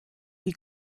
you